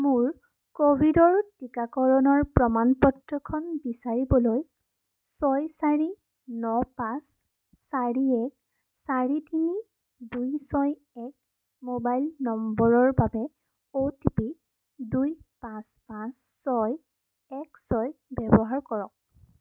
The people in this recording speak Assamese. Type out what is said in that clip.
মোৰ ক'ভিডৰ টিকাকৰণৰ প্ৰমাণ পত্ৰখন বিচাৰিবলৈ ছয় চাৰি ন পাঁচ চাৰি এক চাৰি তিনি দুই ছয় এক মোবাইল নম্বৰৰ বাবে অ' টি পি দুই পাঁচ পাঁচ ছয় এক ছয় ব্যৱহাৰ কৰক